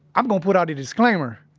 i'm gonna put out a disclaimer.